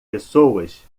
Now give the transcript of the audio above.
pessoas